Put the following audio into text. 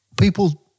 people